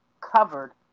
covered